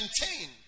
maintain